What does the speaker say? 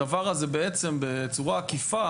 הדבר הזה בעצם בצורה עקיפה,